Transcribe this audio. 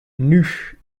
nus